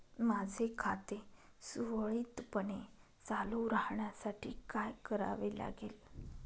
माझे खाते सुरळीतपणे चालू राहण्यासाठी काय करावे लागेल?